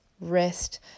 rest